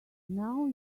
now